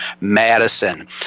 madison